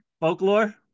Folklore